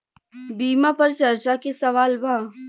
बीमा पर चर्चा के सवाल बा?